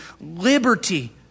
liberty